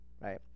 right